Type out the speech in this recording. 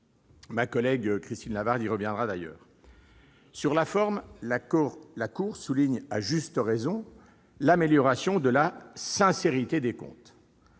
Ma collègue Christine Lavarde y reviendra. Sur la forme, la Cour souligne, à juste raison, l'amélioration de la sincérité des comptes.